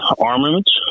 armaments